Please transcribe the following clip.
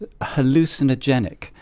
hallucinogenic